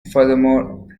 furthermore